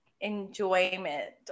Enjoyment